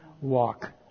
walk